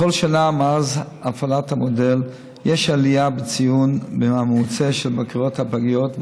בכל שנה מאז הפעלת המודל יש עלייה בציון הממוצע של בקרות הפגיות,